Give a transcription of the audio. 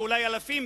ואולי אלפים,